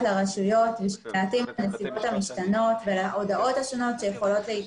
לרשויות להתאים את עצמן לנסיבות המשתנות ולהודעות השונות.